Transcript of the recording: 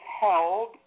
held